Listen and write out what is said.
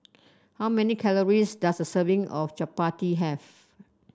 how many calories does a serving of Chapati have